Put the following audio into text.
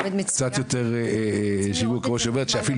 יותר שיווק כמו שהיא אומרת היא אפילו